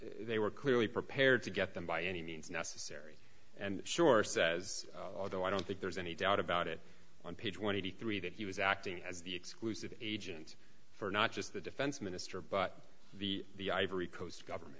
they were clearly prepared to get them by any means necessary and sure says although i don't think there's any doubt about it on page one hundred three that he was acting as the exclusive agent for not just the defense minister but the the ivory coast government